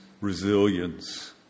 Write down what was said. resilience